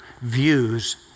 views